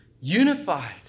unified